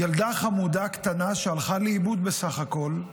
ילדה חמודה קטנה חמודה שהלכה לאיבוד בסך הכול,